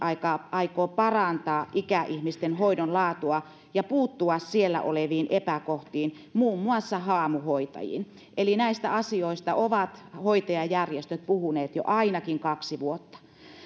aikoo parantaa ikäihmisten hoidon laatua ja puuttua siellä oleviin epäkohtiin muun muassa haamuhoitajiin eli näistä asioista ovat hoitajajärjestöt puhuneet jo ainakin kaksi vuotta